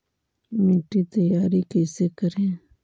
मिट्टी तैयारी कैसे करें?